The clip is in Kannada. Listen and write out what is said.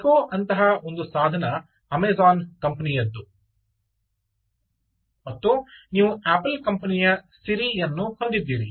ಎಕೋ ಅಂತಹ ಒಂದು ಸಾಧನ ಅಮೆಜಾನ್ ಕಂಪೆನಿಯದ್ದು ಮತ್ತು ನೀವು ಆಪಲ್ ಕಂಪನಿಯ ಸಿರಿಯನ್ನು ಹೊಂದಿದ್ದೀರಿ